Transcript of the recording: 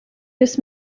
this